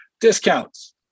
discounts